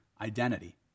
identity